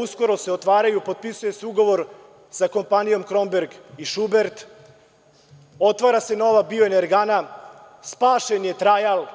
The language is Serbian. uskoro se otvaraju, potpisuje se ugovor sa kompanijom „Kromberg“ i „Šubert“, otvara se nova bioenergana, spašen je „Trajal“